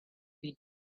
bit